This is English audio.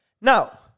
Now